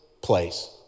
place